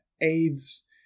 aids